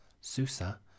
Susa